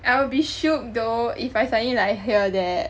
I will be shook though if I suddenly like hear that